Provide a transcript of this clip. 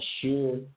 sure